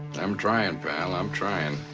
i'm trying, pal. i'm trying. and